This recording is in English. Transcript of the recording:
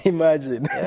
Imagine